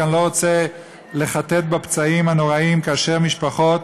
כי אני לא רוצה לחטט בפצעים הנוראיים כאשר משפחות